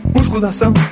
Musculação